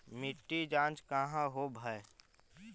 मिट्टी जाँच कहाँ होव है?